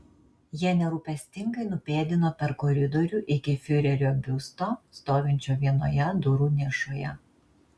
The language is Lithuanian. jie nerūpestingai nupėdino per koridorių iki fiurerio biusto stovinčio vienoje durų nišoje